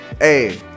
hey